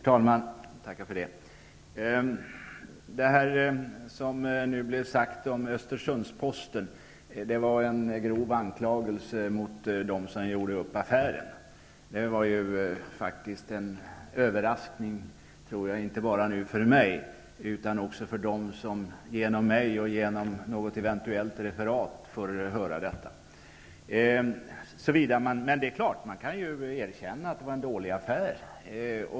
Herr talman! Det som blev sagt om Östersunds Posten var en grov anklagelse mot dem som gjorde upp affären. Det var faktiskt en överraskning, inte bara för mig, utan också för dem som genom mig och något eventuellt referat får höra detta. Men det är klart att man kan erkänna att det var en dålig affär.